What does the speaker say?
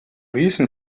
reason